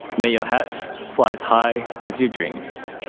may your hats flies high as your dreams.